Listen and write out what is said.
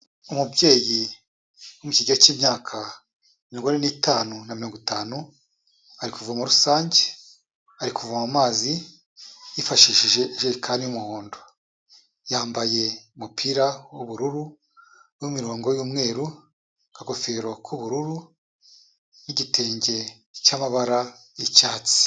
Umubyeyi wo mu kigero cy'imyaka mirongo ine n'itanu na mirongo itanu, ari kuva muri rusange, ari kuvoma amazi yifashishije ijerekani y'umuhondo. Yambaye umupira w'ubururu n'imirongo y'umweru, akagofero k'ubururu n'igitenge cy'amabara y'icyatsi.